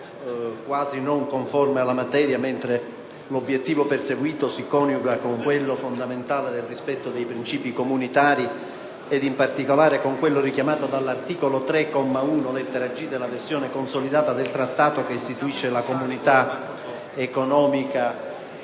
quasi non conforme alla materia, mentre l'obiettivo perseguito si coniuga con quello, fondamentale, del rispetto dei principi comunitari e, in particolare, con quello richiamato dall'articolo 3, comma 1, lettera *g)*, della versione consolidata del Trattato che istituisce la Comunità economica